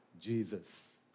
Jesus